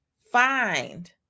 find